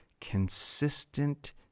consistent